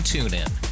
TuneIn